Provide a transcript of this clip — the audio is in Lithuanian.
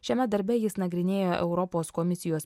šiame darbe jis nagrinėjo europos komisijos